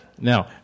Now